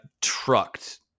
trucked